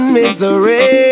misery